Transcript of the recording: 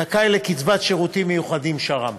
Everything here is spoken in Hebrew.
זכאי לקצבת שירותים מיוחדים, שר"מ.